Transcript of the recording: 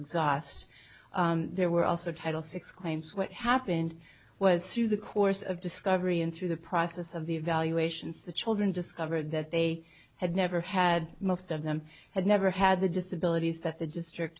exhaust there were also title six claims what happened was through the course of discovery and through the process of the evaluations the children discovered that they had never had most of them had never had the disabilities that the district